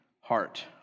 heart